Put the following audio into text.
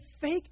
fake